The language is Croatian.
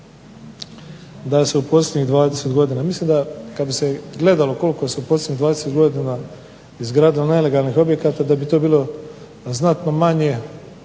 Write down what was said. da se u posljednjih 20 godina, mislim da kad bi se gledalo koliko se u posljednjih 20 godina izgradilo nelegalnih objekata da bi to bilo znatno manje